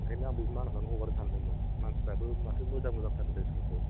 ओंखायनो आं बे मानासयावनो हगारनो सानदोंमोन मानसिफ्राबो माथो मोजां मोजांथार होन्दों स्कुलखौ